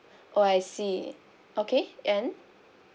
oh I see okay and